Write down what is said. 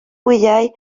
wyau